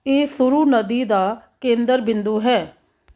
ਇਹ ਸੂਰੂ ਨਦੀ ਦਾ ਕੇਂਦਰ ਬਿੰਦੂ ਹੈ